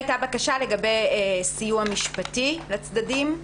הייתה גם בקשה לגבי סיוע משפטי לצדדים.